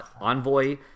envoy